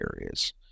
areas